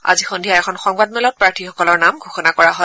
আজি সন্ধিয়া এখন সংবাদমেলত প্ৰাৰ্থীসকলৰ নাম ঘোষণা কৰা হয়